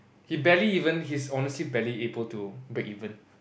he barely even he's honestly barely able to break even